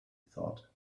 thought